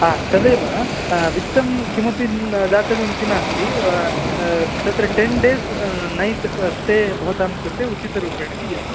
तदेव वित्तं किमपि न् दातव्यमिति नास्ति तत्र टेन् डेस् नैट् स्टे भवतां कृते उचितरूपेण दीयते